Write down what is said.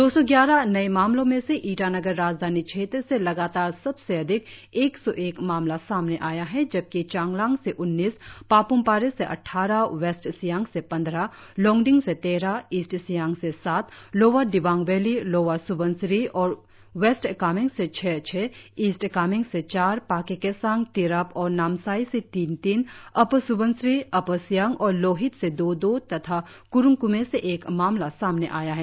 दो सौ ग्यारह नए मामलों में से ईटानगर राजधानी क्षेत्र से लगातार सबसे अधिक एक सौ एक ममला सामने आया है जबकि चांगलांग से उन्नीस पाप्मपारे से अट्ठारह वेस्ट सियांग से पंद्रह लोंगडिंग से तेरह ईस्ट सियांग से सात lower Dibang valley lower Subansiri और वेस्ट कामेंग से छह छह ईस्ट कामेंग से चार पाके केसांग तिरप और नामसाई से तीन तीन अपर स्बनसिरी अपर सियांग और लोहित से दो दो तथा क्रुंग क्मे से एक मामला सामने आया है